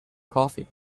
coffee